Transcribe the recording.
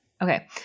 Okay